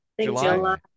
July